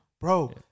Bro